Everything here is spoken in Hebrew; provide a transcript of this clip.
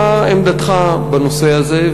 מה עמדתך בנושא הזה,